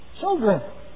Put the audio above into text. children